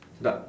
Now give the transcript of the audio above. duck